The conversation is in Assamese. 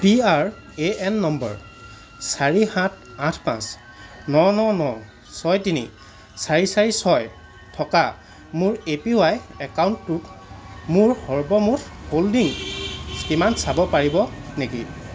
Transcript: P R A N number চাৰি সাত আঠ পাঁচ ন ন ন ছয় তিনি চাৰি চাৰি ছয় থকা মোৰ এ পি ওৱাই একাউণ্টটোৰ মোৰ সৰ্বমুঠ হোল্ডিংছ কিমান চাব পাৰিব নেকি